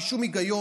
בלי שום היגיון,